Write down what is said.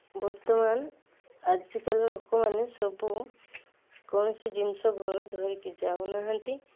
ବର୍ତ୍ତମାନ ଆଜିକାଲି ଲୋକମାନେ ସବୁ କୌଣସି ଜିନିଷ ଘରୁ ଧରିକି ଯାଉନାହାନ୍ତି